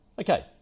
okay